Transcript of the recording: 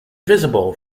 visible